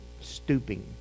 stooping